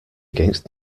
against